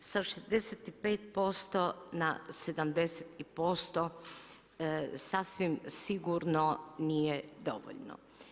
Sa 65% na 70% sasvim sigurno nije dovoljno.